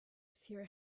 seer